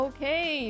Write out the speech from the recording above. Okay